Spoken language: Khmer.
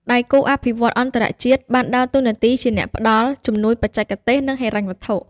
ដៃគូអភិវឌ្ឍន៍អន្តរជាតិបានដើរតួនាទីជាអ្នកផ្តល់ ជំនួយបច្ចេកទេស និងហិរញ្ញវត្ថុ។